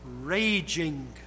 raging